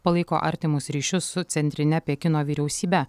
palaiko artimus ryšius su centrine pekino vyriausybe